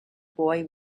boy